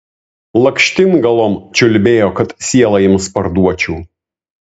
lakštingalom čiulbėjo kad sielą jiems parduočiau